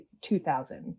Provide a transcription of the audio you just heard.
2000